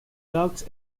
ducks